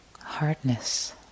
hardness